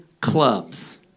clubs